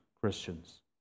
Christians